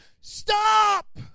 Stop